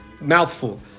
mouthful